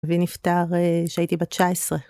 ונפטר שהייתי בת 19.